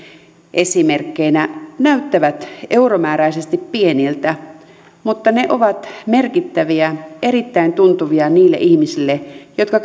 esimerkkeinä näyttävät euromääräisesti pieniltä mutta ne ovat merkittäviä erittäin tuntuvia niille ihmisille jotka